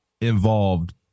involved